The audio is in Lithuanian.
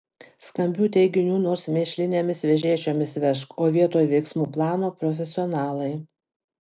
skambių teiginių nors mėšlinėmis vežėčiomis vežk o vietoj veiksmų plano profesionalai